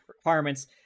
requirements